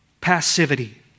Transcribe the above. passivity